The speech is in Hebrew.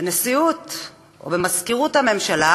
בנשיאות או במזכירות הממשלה